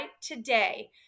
today